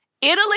Italy